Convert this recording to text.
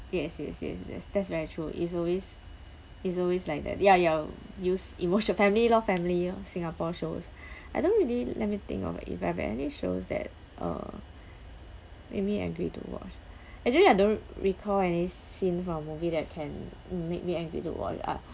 yes yes yes yes that's very true it's always it's always like that ya ya use emoti~ family loh family loh singapore shows I don't really let me think of if I've any shows that uh made me angry to watch actually I don't recall any scene from movie that can make me angry to watch uh